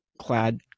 clad